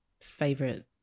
favorite